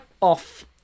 off